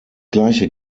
gleiche